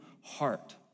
heart